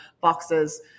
boxes